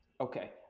Okay